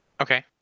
Okay